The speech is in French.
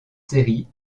série